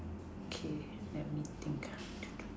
okay let me think ah